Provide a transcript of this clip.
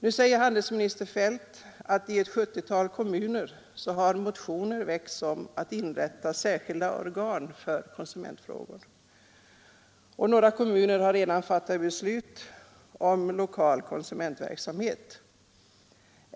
Nu säger handelsminister Feldt att i ett sjuttiotal kommuner har motioner väckts om att inrätta särskilda organ för konsumentfrågor, och några kommuner har redan fattat beslut om lokal konsumentverksamhet.